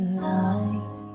light